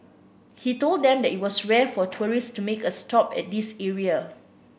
he told them that it was rare for tourists to make a stop at this area